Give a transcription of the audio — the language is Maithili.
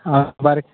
हँ बड़